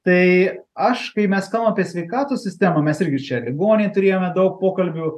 tai aš kai mes kalbam apie sveikatos sistemą mes irgi čia ligoninėj turėjome daug pokalbių